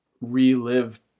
relive